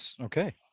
Okay